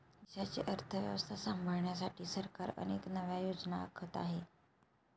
देशाची अर्थव्यवस्था सांभाळण्यासाठी सरकार अनेक नव्या योजना आखत आहे